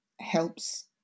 helps